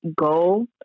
go